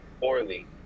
poorly